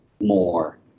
more